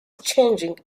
changing